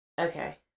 Okay